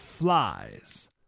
flies